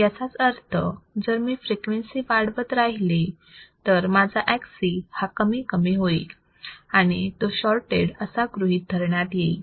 याचाच अर्थ जर मी फ्रिक्वेन्सी वाढवत राहिले तर माझा Xc हा कमी कमी होईल आणि तो शॉर्टटेड असा गृहीत धरण्यात येईल